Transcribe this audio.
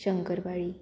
शंकरपाळी